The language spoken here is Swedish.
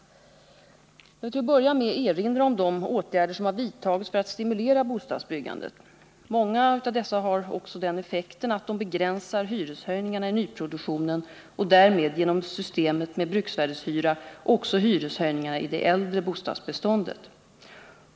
Jag vill till att börja med erinra om de åtgärder som har vidtagits för att stimulera bostadsbyggandet. Många av dessa har också den effekten att de begränsar hyreshöjningarna i nyproduktionen och därmed, genom systemet med bruksvärdeshyra, också hyreshöjningarna i det äldre bostadsbeståndet.